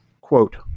Quote